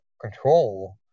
control